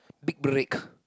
big break